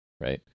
right